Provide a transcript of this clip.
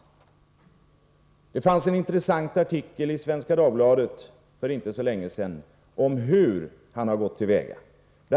Det fanns en intressant artikel i Svenska Dagbladet för inte så länge sedan om hus han har gått till väga. Bl.